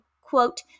quote